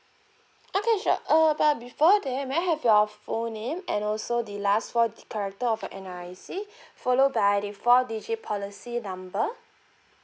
okay sure uh but before that may I have your full name and also the last four character of your N_R_I_C follow by the four digit policy number